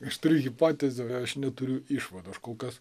aš turiu hipotezių aš neturiu išvadų aš kol kas